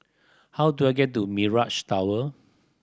how do I get to Mirage Tower